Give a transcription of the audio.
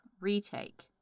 Retake